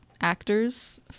actors